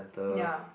ya